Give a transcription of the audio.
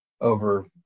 over